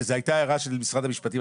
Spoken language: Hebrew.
זו הייתה הערה של משרד המשפטים,